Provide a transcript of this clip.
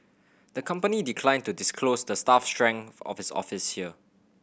the company declined to disclose the staff strength of its office here